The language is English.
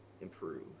improve